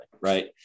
right